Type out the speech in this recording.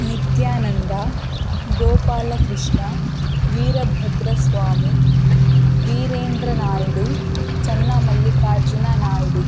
Nithyananda Gopalakrishna Veerabhadra Swamy Veerendra Naidu Channamallikarjuna Naidu